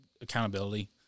accountability